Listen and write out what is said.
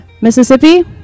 Mississippi